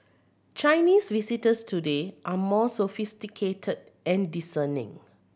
Chinese visitors today are more sophisticated and discerning